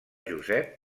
josep